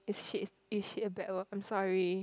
is shit is shit a bad word I'm sorry